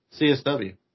CSW